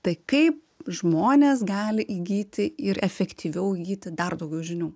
tai kaip žmonės gali įgyti ir efektyviau įgyti dar daugiau žinių